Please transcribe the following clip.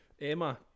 Emma